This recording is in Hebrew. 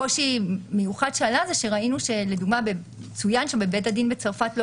קושי מיוחד שעלה היה שראינו לדוגמה שצוין שבית הדין בצרפת לא